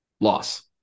loss